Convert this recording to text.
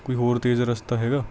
ਕੋਈ ਹੋਰ ਤੇਜ਼ ਰਸਤਾ ਹੈਗਾ